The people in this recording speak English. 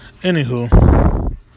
anywho